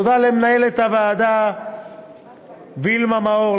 תודה למנהלת הוועדה וילמה מאור,